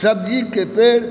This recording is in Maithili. सब्जिके पेड़